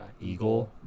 eagle